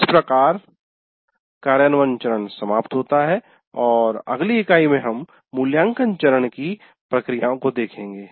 इस प्रकार कार्यान्वयन चरण समाप्त होता है और अगली इकाई में हम मूल्यांकन चरण की प्रक्रियाओं को देखेंगे